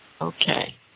Okay